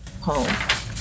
home